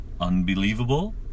Unbelievable